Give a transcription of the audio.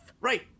Right